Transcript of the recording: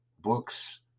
books